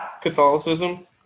Catholicism